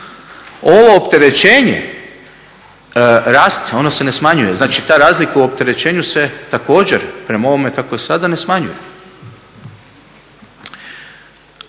Ovo opterećenje raste, ono se ne smanjuje. Znači ta razlika u opterećenju se također prema ovome kako je sada ne smanjuje.